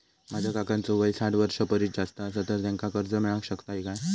माझ्या काकांचो वय साठ वर्षां परिस जास्त आसा तर त्यांका कर्जा मेळाक शकतय काय?